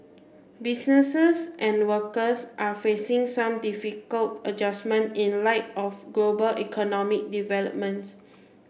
businesses and workers are facing some difficult adjustment in light of global economic developments